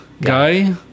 guy